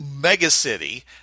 megacity